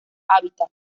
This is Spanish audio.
hábitat